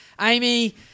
Amy